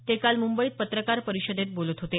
ते काल मुंबईत पत्रकार परिषदेत बोलत होते